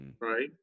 right